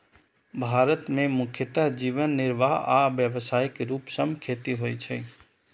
भारत मे मुख्यतः जीवन निर्वाह आ व्यावसायिक रूप सं खेती होइ छै